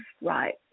right